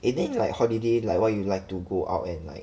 eh then you like holiday like what you like to go out and like